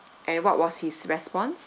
and what was his response